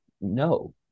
no